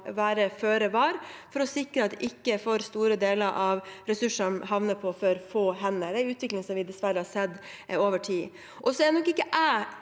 være føre var for å sikre at ikke for store deler av ressursene havner på for få hender. Det er en utvikling vi dessverre har sett over tid. Jeg er nok ikke enig